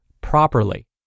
properly